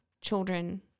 children